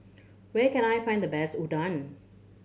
where can I find the best Udon